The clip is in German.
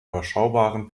überschaubaren